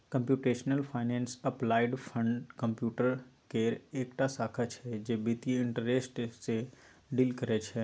computational finance applied computer केर एकटा शाखा छै जे बित्तीय इंटरेस्ट सँ डील करय छै